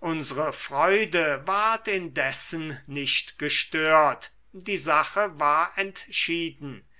unsre freude ward indessen nicht gestört die sache war entschieden